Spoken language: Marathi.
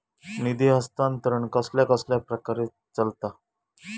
निधी हस्तांतरण कसल्या कसल्या प्रकारे चलता?